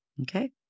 Okay